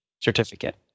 certificate